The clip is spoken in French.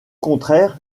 contraire